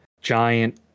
Giant